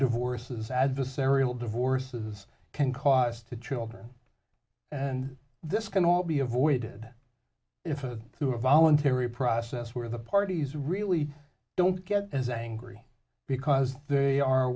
divorces adversarial divorces can cause to children and this can all be avoided if it through a voluntary process where the parties really don't get as angry because they are